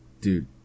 Dude